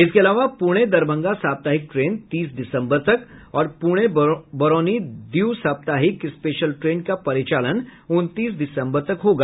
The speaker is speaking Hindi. इसके अलावा पुणे दरभंगा साप्ताहिक ट्रेन तीस दिसम्बर तक और पुणे बरौनी द्वि साप्ताहिक स्पेशल ट्रेन का परिचालन उनतीस दिसम्बर तक होगा